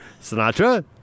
Sinatra